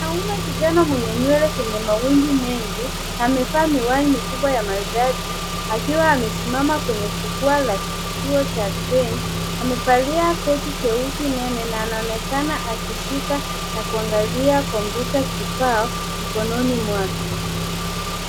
Mwanaume kijana mwenye nywele zenye mawimbi mengi amevaa miwani mikubwa ya maridadi akiwa amesimama kwenye jukwaa la kituo cha train. Amevalia jeusi nene na anaonekana akishika na kuangalia kompyuta kibao mkononi mwake.